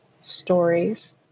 stories